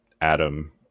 Adam